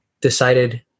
decided